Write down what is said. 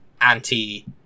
anti-